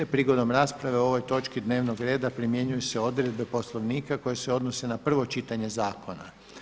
Prigodom rasprave o ovoj točci dnevnog reda primjenjuju se odredbe Poslovnika koje se odnose na prvo čitanje zakona.